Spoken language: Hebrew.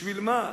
בשביל מה?